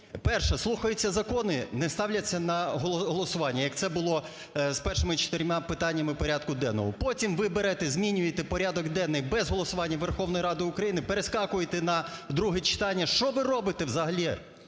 перше, слухаються закони, не ставляться на голосування, як це було з першими чотирма питаннями порядку денного. Потім ви берете і змінюєте порядок денний без голосування Верховної Ради України, перескакуєте на друге читання. Що ви робите взагалі,